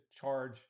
charge